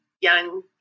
young